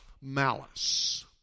malice